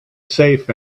safe